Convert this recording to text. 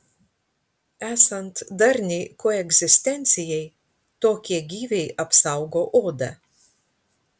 esant darniai koegzistencijai tokie gyviai apsaugo odą